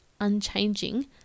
unchanging